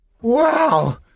Wow